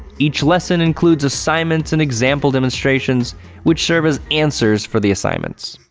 each lesson includes assignments and example demonstrations which serve as answers for the assignments.